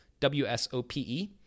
WSOPE